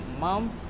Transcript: mom